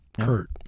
Kurt